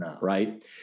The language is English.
right